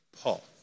Paul